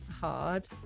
hard